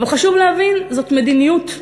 וחשוב להבין: זאת מדיניות,